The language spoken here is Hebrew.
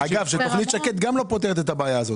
יוזמת שקד גם לא פותרת את הבעיה הזאת.